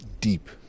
Deep